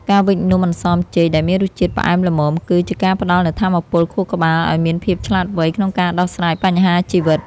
ការវេចនំអន្សមចេកដែលមានរសជាតិផ្អែមល្មមគឺ ជាការផ្ដល់នូវថាមពលខួរក្បាលឱ្យមានភាពឆ្លាតវៃក្នុងការដោះស្រាយបញ្ហាជីវិត។